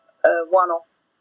one-off